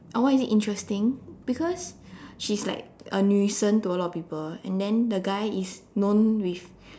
oh why is it interesting because she's like a 女神 to a lot of people and then the guy is known with